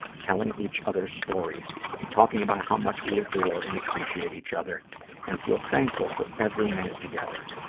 telling each other stories and talking about how much we adore and appreciate each other and feel thankful for every minute together.